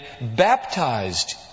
baptized